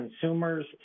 consumers